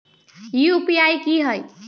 UPI की होई?